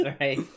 right